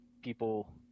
people